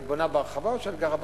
את בונה בהרחבה או שאת גרה בשכירות?